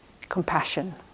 compassion